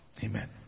Amen